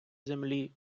землі